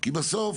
כי בסוף,